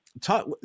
talk